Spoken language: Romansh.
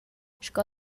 sco